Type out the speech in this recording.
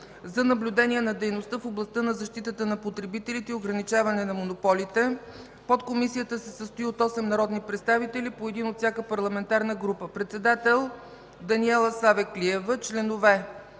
за наблюдение на дейността в областта на защитата на потребителите и ограничаване на монополите. Подкомисията се състои от 8 народни представители – по 1 от всяка парламентарна група: председател – Даниела Савеклиева; членове